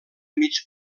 mig